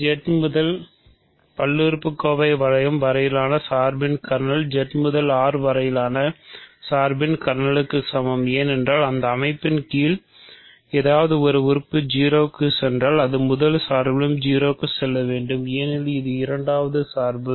Z முதல் பல்லுறுப்பு வளையம் வரையிலான சார்பின் கர்னல் Z முதல் R வரையிலான சார்பின் கர்னலுக்கு சமம் ஏனென்றால் அந்த அமைப்பின் கீழ் எதாவது ஒரு உறுப்பு 0 க்குச் சென்றால் அது முதல் சார்பிலும் 0 க்கு செல்ல வேண்டும் ஏனெனில் இது இரண்டாவது சார்பு